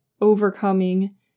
overcoming